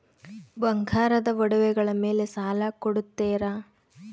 ಬಂಗಾರದ ಒಡವೆಗಳ ಮೇಲೆ ಸಾಲ ಕೊಡುತ್ತೇರಾ?